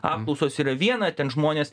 apklausos yra viena ten žmonės